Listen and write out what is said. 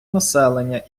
населення